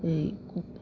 এই